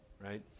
Right